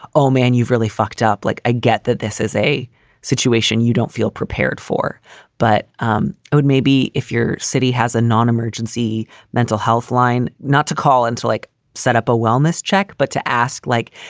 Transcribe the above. oh man, you've really fucked up. like, i get that this is a situation you don't feel prepared for. but um maybe if your city has a non-emergency mental health line not to call until like set up a wellness check. but to ask, like,